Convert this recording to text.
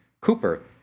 Cooper